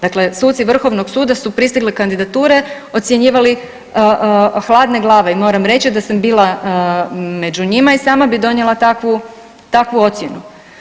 Dakle, suci Vrhovnog suda su pristigle kandidature ocjenjivali hladne glave i moram reći da sam bila među njima i sama bi donijela takvu ocjenu.